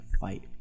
fight